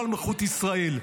לא על מלכות ישראל.